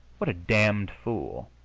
what a damned fool!